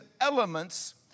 elements